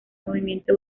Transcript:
movimiento